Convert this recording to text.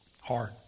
Hard